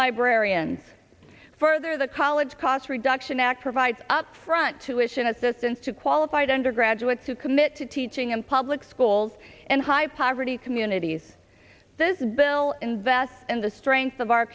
librarians further the college cost reduction act provides upfront to ition assistance to qualified undergraduates to commit to teaching in public schools and high poverty communities this bill invests in the strengths of our